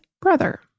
brother